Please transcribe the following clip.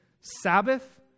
Sabbath